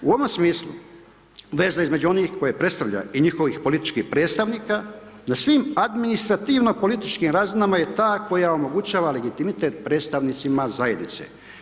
U onom smislu veza između onih koje predstavlja i njihovih političkih predstavnika da svim administrativno-političkim razinama je ta koja omogućava legitimitet predstavnicima zajednice.